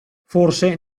forse